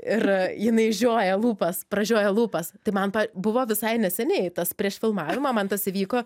ir jinai žioja lūpas pradžioja lūpas tai man pa buvo visai neseniai tas prieš filmavimą man tas įvyko